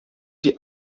die